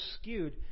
skewed